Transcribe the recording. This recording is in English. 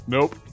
Nope